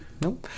Nope